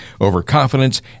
overconfidence